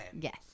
Yes